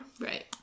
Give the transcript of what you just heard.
Right